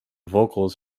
vocals